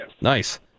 Nice